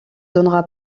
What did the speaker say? donnera